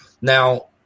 Now